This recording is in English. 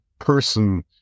Person